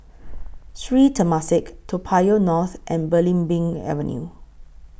Sri Temasek Toa Payoh North and Belimbing Avenue